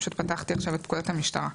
פשוט פתחתי עכשיו את פקודת המשטרה.